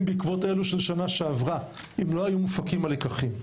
בעקבות אלה של שנה שעברה אם לא היו מופקים הלקחים.